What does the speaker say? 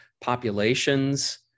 populations